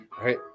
Right